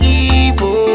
evil